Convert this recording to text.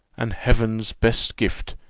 and heaven's best gift,